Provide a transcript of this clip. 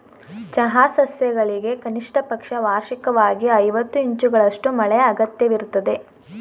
ಚಹಾ ಸಸ್ಯಗಳಿಗೆ ಕನಿಷ್ಟಪಕ್ಷ ವಾರ್ಷಿಕ್ವಾಗಿ ಐವತ್ತು ಇಂಚುಗಳಷ್ಟು ಮಳೆ ಅಗತ್ಯವಿರ್ತದೆ